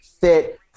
fit